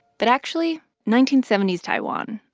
but actually, nineteen seventy s taiwan,